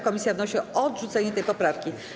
Komisja wnosi o odrzucenie tej poprawki.